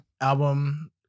album